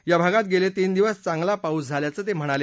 या भागात गेले तीन दिवस चांगला पाऊस झाल्याचं ते म्हणाले